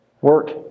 work